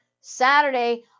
Saturday